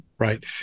Right